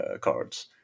cards